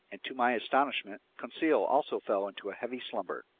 and to my astonishment, conseil also fell into a heavy slumber.